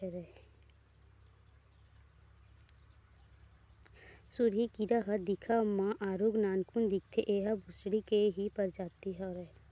सुरही कीरा ह दिखब म आरुग नानकुन दिखथे, ऐहा भूसड़ी के ही परजाति हरय